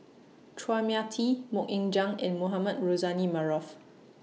Chua Mia Tee Mok Ying Jang and Mohamed Rozani Maarof